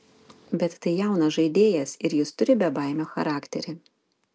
bet tai jaunas žaidėjas ir jis turi bebaimio charakterį